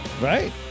Right